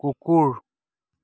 কুকুৰ